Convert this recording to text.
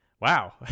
Wow